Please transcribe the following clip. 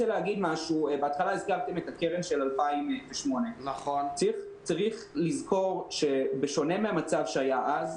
בהתחלה הזכרתם את הקרן של 2008. צריך לזכור שבשונה מהמצב שהיה אז,